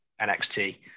NXT